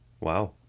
Wow